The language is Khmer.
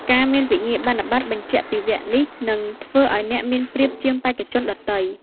ការមានវិញ្ញាបនបត្របញ្ជាក់ពីវគ្គនេះនឹងធ្វើឱ្យអ្នកមានប្រៀបជាងបេក្ខជនដទៃ។